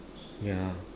ya